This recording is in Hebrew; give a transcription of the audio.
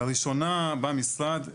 לראשונה בא משרד,